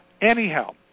Anyhow